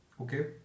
Okay